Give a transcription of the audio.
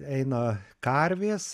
eina karvės